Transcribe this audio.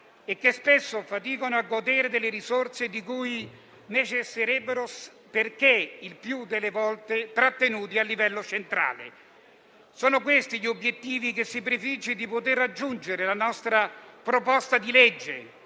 e che spesso faticano a godere delle risorse di cui necessiterebbero perché il più delle volte trattenuti a livello centrale. Sono questi gli obiettivi che si prefigge di poter raggiungere la nostra proposta di legge